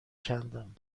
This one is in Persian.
کندم